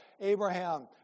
Abraham